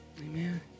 Amen